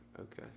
Okay